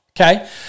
okay